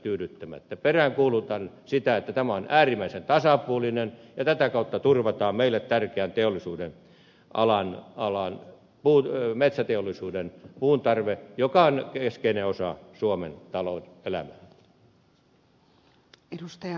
peräänkuulutan sitä että tämä on äärimmäisen tasapuolinen ja tätä kautta turvataan meille tärkeän teollisuudenalan metsäteollisuuden puuntarve joka on keskeinen osa suomen talouselämää